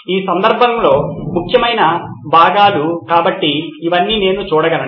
ఈ సందర్భంలో ముఖ్యమైన భాగాలు కాబట్టి ఇవన్నీ నేను చూడగలను